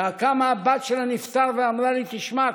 קמה הבת של הנפטר ואמרה לי: תשמע,